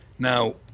Now